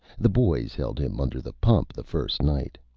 the boys held him under the pump the first night.